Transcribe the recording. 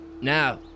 Now